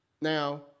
Now